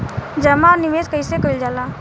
जमा और निवेश कइसे कइल जाला?